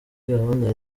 gahunda